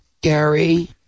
Gary